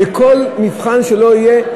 בכל מבחן שלא יהיה,